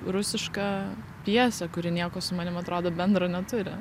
rusiška pjesė kuri nieko su manim atrodė bendro neturi